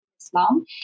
Islam